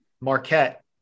Marquette